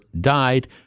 died